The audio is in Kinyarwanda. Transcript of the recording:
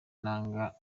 inanga